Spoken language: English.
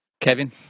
Kevin